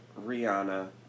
Rihanna